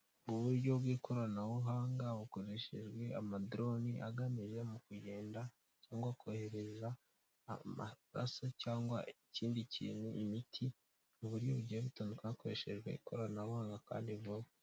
Uburyo bw'ikoranabuhanga bukoreshejwe amadoroni agamije mu kugenda cyangwa kohereza amaraso cyangwa ikindi kintu, imiti mu buryo bugiye butandukanye, hakoreshejwe ikoranabuhanga kandi vuba.